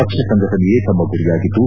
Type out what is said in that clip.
ಪಕ್ಷ ಸಂಘಟನೆಯೇ ತಮ್ಮ ಗುರಿಯಾಗಿದ್ದು